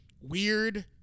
weird